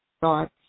thoughts